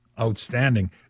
Outstanding